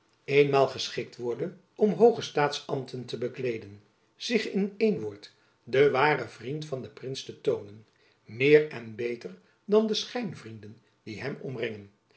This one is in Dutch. eenmaal geschikt worde om hooge staatsambten te bekleeden zich in één woord de ware vriend van den prins te toonen meer en beter dan de schijnvrienden die hem omringen